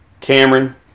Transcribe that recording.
Cameron